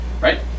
right